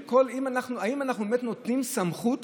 האם אנחנו באמת נותנים סמכות